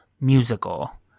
musical